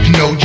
no